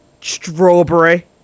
Strawberry